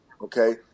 Okay